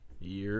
Year